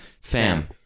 fam